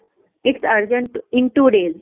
it's urgent in two days